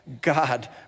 God